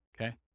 Okay